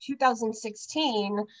2016